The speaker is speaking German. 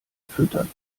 füttern